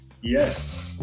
Yes